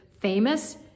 famous